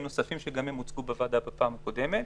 נוספים שהוצגו בפני הוועדה בפעם הקודמת.